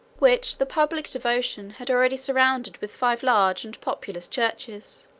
which the public devotion had already surrounded with five large and populous churches.